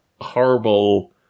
horrible